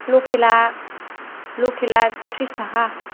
लकेला लकेला थ्रिस थाखा